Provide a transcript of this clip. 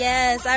Yes